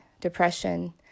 depression